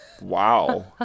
Wow